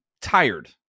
tired